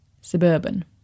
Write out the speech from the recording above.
Suburban